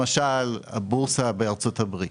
למשל, הבורסה בארצות הברית.